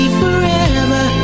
forever